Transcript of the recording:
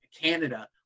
canada